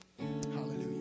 Hallelujah